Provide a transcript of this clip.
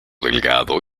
delgado